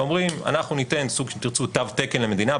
ואומרים אנחנו ניתן סוג אם תרצו תו תקן למדינה,